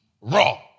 raw